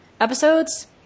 episodes